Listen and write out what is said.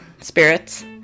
spirits